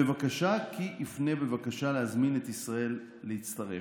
בבקשה כי יפנה בבקשה להזמין את ישראל להצטרף.